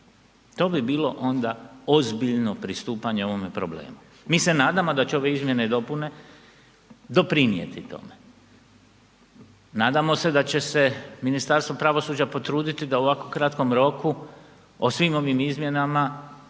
To bi bilo onda ozbiljno pristupanje ovome problemu. Mi se nadamo da će ove izmjene i dopune doprinijeti tome. Nadamo se da će se Ministarstvo pravosuđa potruditi da u ovako kratkom roku o svim ovim izmjenama